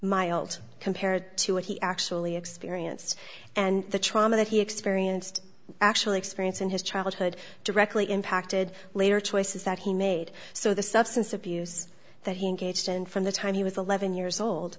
old compared to what he actually experienced and the trauma that he experienced actual experience in his childhood directly impacted later choices that he made so the substance abuse that he engaged in from the time he was eleven years old